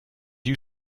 you